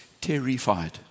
terrified